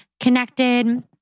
connected